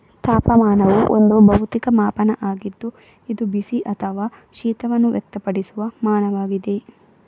ತಾಪಮಾನವು ಒಂದು ಭೌತಿಕ ಮಾಪನ ಆಗಿದ್ದು ಇದು ಬಿಸಿ ಅಥವಾ ಶೀತವನ್ನು ವ್ಯಕ್ತಪಡಿಸುವ ಮಾನವಾಗಿದೆ